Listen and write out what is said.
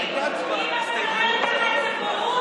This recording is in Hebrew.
איזו בורות,